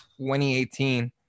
2018